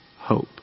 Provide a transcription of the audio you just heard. hope